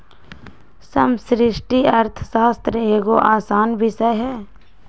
समष्टि अर्थशास्त्र एगो असान विषय हइ